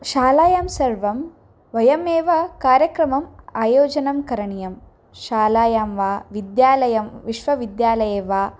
शालायां सर्वं वयमेव कार्यक्रमम् आयोजनं करणीयं शालायां वा विद्यालयं विश्वविद्यालये वा